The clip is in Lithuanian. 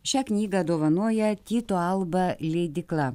šią knygą dovanoja tyto alba leidykla